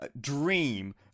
dream